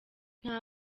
nta